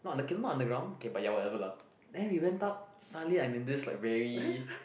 not k it's not underground okay but ya whatever lah then we went up suddenly I'm in this like very